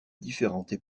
différentes